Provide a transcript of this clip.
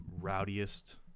rowdiest